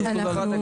תודה, שוב תודה.